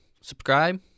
subscribe